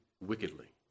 wickedly